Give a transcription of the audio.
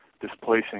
displacing